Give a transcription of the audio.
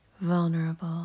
Vulnerable